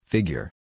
Figure